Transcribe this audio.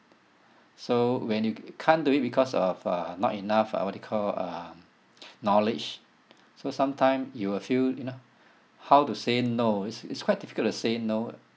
so when you can't do it because of uh not enough uh what you call um knowledge so sometime you will feel you know how to say no it's it's quite difficult to say no